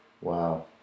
Wow